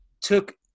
took